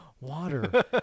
water